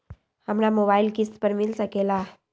हमरा मोबाइल किस्त पर मिल सकेला?